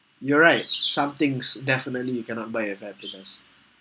you're right somethings definitely you cannot buy a happiness